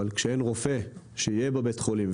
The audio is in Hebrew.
אבל כשאין רופא שיהיה בבית חולים,